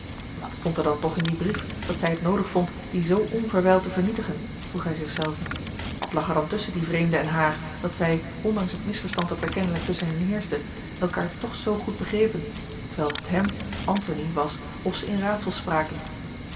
wat stond er dan toch in dien brief dat zij het noodig vond dien zoo onverwijld te vernietigen vroeg hij zich zelven wat lag er dan tusschen dien vreemde en haar dat zij ondanks het misverstand dat er kennelijk tusschen a l g bosboom-toussaint de delftsche wonderdokter eel elkaâr toch zoo goed begrepen terwijl het hem antony was of ze in raadsels spraken